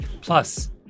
Plus